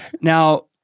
Now